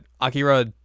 Akira